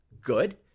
good